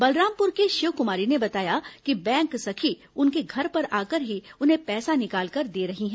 बलरामपुर की शिवकुमारी ने बताया कि बैंक सखी उनके घर पर आकर ही उन्हें पैसा निकालकर दे रही हैं